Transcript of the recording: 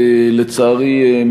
לצערי,